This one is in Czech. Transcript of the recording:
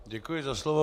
Děkuji za slovo.